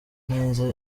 neza